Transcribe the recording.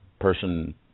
person